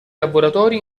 laboratori